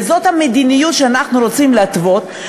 וזאת המדיניות שאנחנו רוצים להתוות,